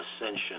ascension